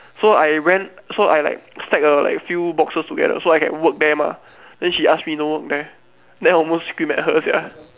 so I went so I like stack a like few boxes together so I can work there mah then she ask me don't work there then I almost scream at her sia